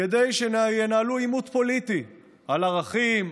כדי שינהלו עימות פוליטי על ערכים,